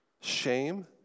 shame